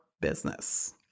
business